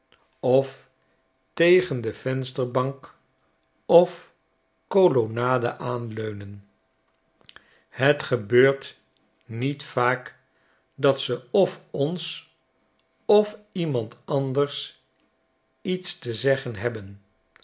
of tegen de vensterbankofkolonnade aanleunen het gebeurt niet vaak dat ze of ons of iemand andersietste zeggen hebben